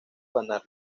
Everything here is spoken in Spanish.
ganar